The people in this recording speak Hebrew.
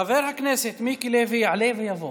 חבר הכנסת מיקי לוי, יעלה ויבוא.